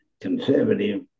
Conservative